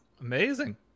Amazing